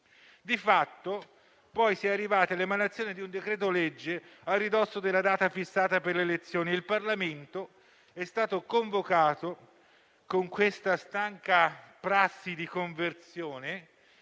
Di fatto, si è arrivati all'emanazione di un decreto-legge a ridosso della data fissata per le elezioni e il Parlamento è stato convocato con la stanca prassi di conversione